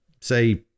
say